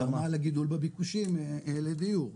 תרמה לגידול בביקושים לדיור.